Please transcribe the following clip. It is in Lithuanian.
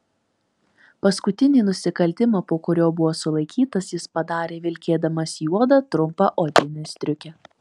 paskutinį nusikaltimą po kurio buvo sulaikytas jis padarė vilkėdamas juodą trumpą odinę striukę